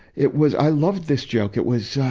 it was i love this joke. it was, ah,